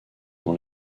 dans